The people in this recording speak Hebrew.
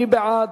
מי בעד?